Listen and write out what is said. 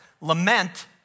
lament